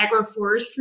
agroforestry